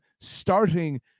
starting